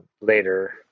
later